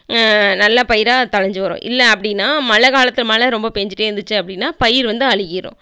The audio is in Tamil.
நல்லப் பயிராக தளஞ்சு வரும் இல்லை அப்படின்னா மழக்காலத்து மழை ரொம்ப பேஞ்சிகிட்டே இருந்துச்சு அப்படினா பயிர் வந்து அழுகிரும்